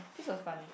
this was fun eh